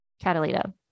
Catalina